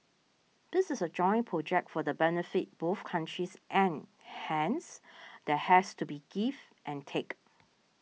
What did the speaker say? this is a joint project for the benefit both countries and hence there has to be give and take